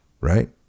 Right